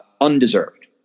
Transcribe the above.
undeserved